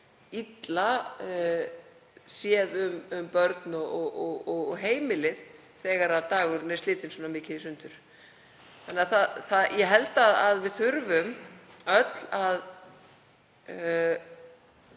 illa séð um börn og heimili þegar dagurinn er slitinn svona mikið í sundur. Ég held að við þurfum öll að